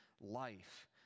life